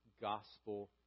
gospel